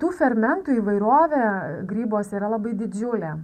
tų fermentų įvairovė grybuose yra labai didžiulė